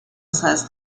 says